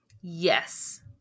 yes